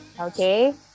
okay